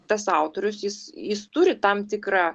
tas autorius jis jis turi tam tikrą